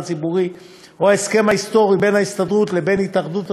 הציבורי או ההסכם ההיסטורי בין ההסתדרות לבין התאחדות